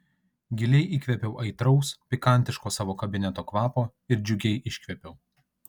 giliai įkvėpiau aitraus pikantiško savo kabineto kvapo ir džiugiai iškvėpiau